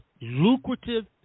lucrative